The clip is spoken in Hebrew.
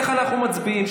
איך אנחנו מצביעים.